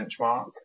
benchmark